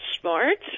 smart